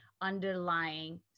underlying